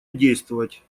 действовать